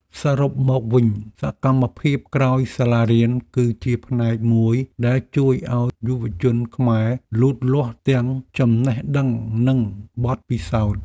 សរុបមកវិញសកម្មភាពក្រោយសាលារៀនគឺជាផ្នែកមួយដែលជួយឱ្យយុវជនខ្មែរលូតលាស់ទាំងចំណេះដឹងនិងបទពិសោធន៍។